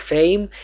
Fame